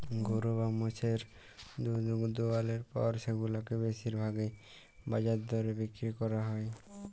গরু বা মোষের দুহুদ দুয়ালর পর সেগুলাকে বেশির ভাগই বাজার দরে বিক্কিরি ক্যরা হ্যয়